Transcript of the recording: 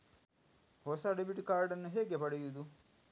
ಹೊಸ debit card ನ್ನು ಹೇಗೆ ಪಡೆಯುದು?